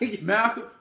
Malcolm